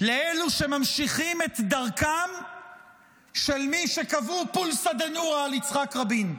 לאלו שממשיכים את דרכם של מי שקבעו פולסא דנורא על יצחק רבין.